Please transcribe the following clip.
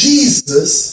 Jesus